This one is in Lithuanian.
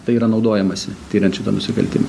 tai yra naudojamasi tiriant šitą nusikaltimą